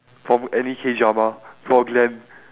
from any K-drama for glen